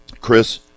Chris